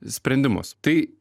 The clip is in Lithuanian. sprendimus tai